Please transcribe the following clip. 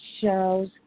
shows